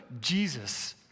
Jesus